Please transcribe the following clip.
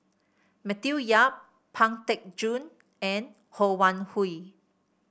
Matthew Yap Pang Teck Joon and Ho Wan Hui